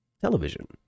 Television